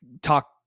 talk